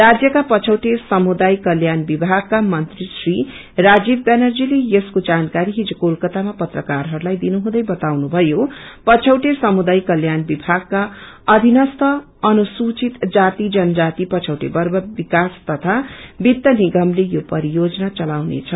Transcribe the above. राज्यका पछीटे समुदाय कल्याण विभागका मंत्री श्री राजीव व्यानर्जीले यसको जानकारी हिजो कोलकातामा पत्रकारहस्लाई दिनु हुँदै बताउनुभयो पछौटे समुदाय कल्याण विभागका अधिनस्त अनुसुचित जाति जनजाति पछौटे वर्ग विक्वास तथा वित्त निगमले यो परियोजना चलाउने छ